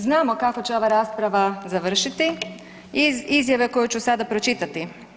Znamo kako će ova rasprava završiti iz izjave koju ću sada pročitati.